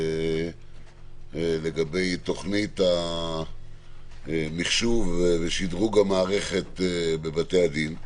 לגבי תוכנית המחשוב ושדרוג המערכת בבתי הדין.